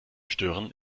stören